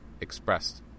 expressed